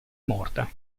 morta